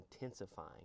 intensifying